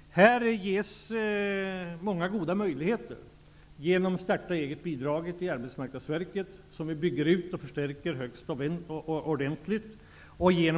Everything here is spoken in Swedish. viktigt. Här ges många goda möjligheter genom att man kan gå i ALU och förbereda hur man startar ett företag och kommer i gång.